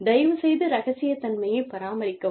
தயவுசெய்து ரகசியத்தன்மையைப் பராமரிக்கவும்